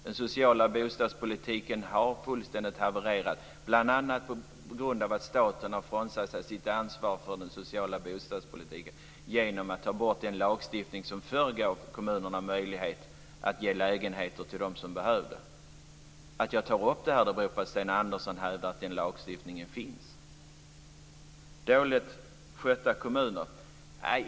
Den sociala bostadspolitiken har fullständigt havererat, bl.a. på grund av att staten har frånsagt sig sitt ansvar för den sociala bostadspolitiken genom att ta bort den lagstiftning som förr gav kommunerna möjlighet att ge lägenheter till dem som behövde. Att jag tar upp det här beror på att Sten Andersson hävdar att den lagstiftningen finns. Sten Andersson pratar också om dåligt skötta kommuner.